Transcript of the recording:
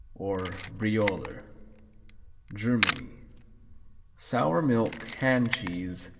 or brioler germany sour-milk hand cheese,